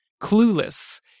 clueless